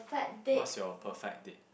what's your perfect date